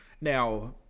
now